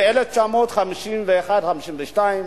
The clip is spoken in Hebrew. ב-1951 1952,